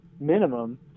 minimum